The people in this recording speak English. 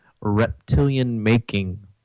reptilian-making